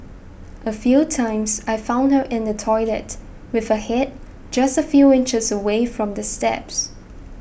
a few times I found her in the toilet with her head just a few inches away from the steps